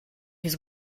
his